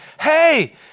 Hey